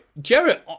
Jared